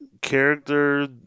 character